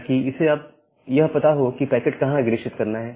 ताकि इसे यह पता हो कि पैकेट कहां अग्रेषित करना है